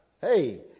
Hey